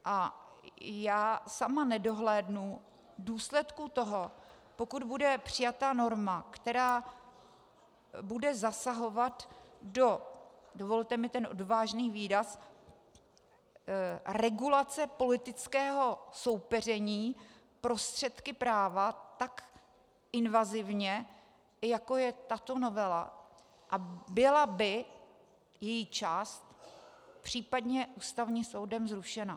A já sama nedohlédnu důsledků toho, pokud bude přijata norma, která bude zasahovat do dovolte mi ten odvážný výraz regulace politického soupeření prostředky práva tak invazivně jako tato novela, a byla by její část případně Ústavním soudem zrušena.